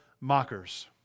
mockers